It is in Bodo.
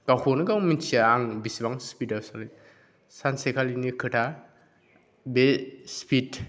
गावखौनो गाव मिथिया आं बेसेबां स्पिडआव सालायो सानसेखालिनि खोथा बे स्पिड